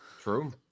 True